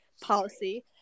policy